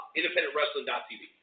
independentwrestling.tv